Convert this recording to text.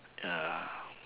ya